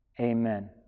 amen